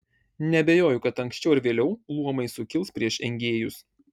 neabejoju kad anksčiau ar vėliau luomai sukils prieš engėjus